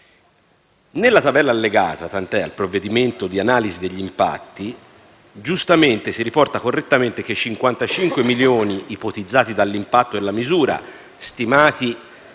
Nella tabella allegata al provvedimento di analisi degli impatti si riporta correttamente che i 55 milioni ipotizzati dall'impatto della misura, stimati